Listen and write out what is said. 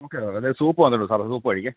നമുക്ക് അത് സൂപ്പ് മാത്രമേ ഉള്ളു സാറേ സൂപ്പ് കഴിക്കാം